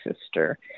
sister